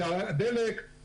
זה הדלק,